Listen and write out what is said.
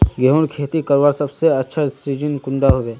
गेहूँर खेती करवार सबसे अच्छा सिजिन कुंडा होबे?